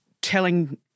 telling